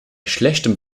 schlechtem